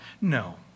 No